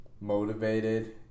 motivated